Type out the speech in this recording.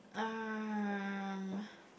um